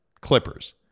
Clippers